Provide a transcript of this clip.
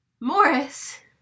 Morris